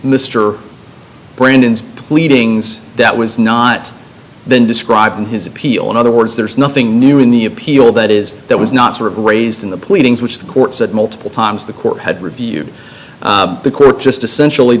mr brandon's pleadings that was not then described in his appeal in other words there is nothing new in the appeal that is that was not sort of raised in the pleadings which the court said multiple times the court had reviewed the court just essentially